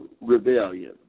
rebellion